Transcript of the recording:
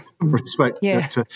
respect